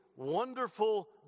Wonderful